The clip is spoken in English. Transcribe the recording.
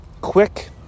quick